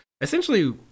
essentially